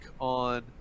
on